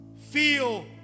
feel